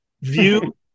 view